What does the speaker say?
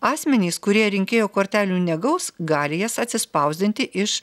asmenys kurie rinkėjo kortelių negaus gali jas atsispausdinti iš